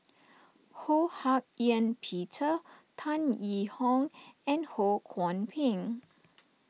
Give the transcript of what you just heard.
Ho Hak Ean Peter Tan Yee Hong and Ho Kwon Ping